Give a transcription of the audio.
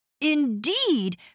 Indeed